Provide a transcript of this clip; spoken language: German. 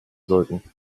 sollten